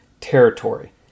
territory